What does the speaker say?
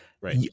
Right